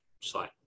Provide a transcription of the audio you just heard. Slide